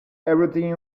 everything